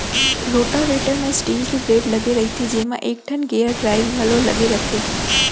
rotavator म steel के blade लगे रइथे जेमा एकठन गेयर ड्राइव घलौ लगे रथे